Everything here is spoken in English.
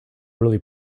really